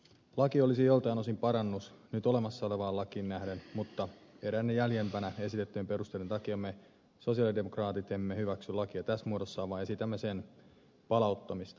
laki olisi joiltain osin parannus olemassa olevaan lakiin nähden mutta eräiden jäljempänä esitettyjen perusteiden takia me sosialidemokraatit emme hyväksy lakia tässä muodossaan vaan esitämme sen palauttamista uudelleen valmisteluun